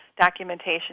documentation